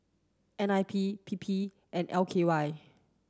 N I P P P and L K Y